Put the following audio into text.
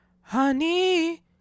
Honey